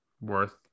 worth